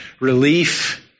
relief